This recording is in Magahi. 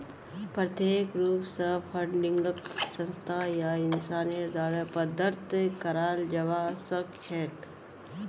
प्रत्यक्ष रूप स फंडिंगक संस्था या इंसानेर द्वारे प्रदत्त कराल जबा सख छेक